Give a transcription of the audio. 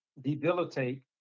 debilitate